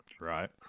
Right